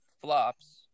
flops